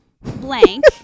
Blank